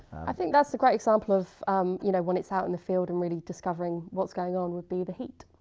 i think that's a great example of you know, when it's out in the field, and really discovering what's going on, would be the heat.